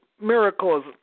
miracles